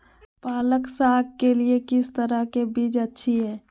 पालक साग के लिए किस तरह के बीज अच्छी है?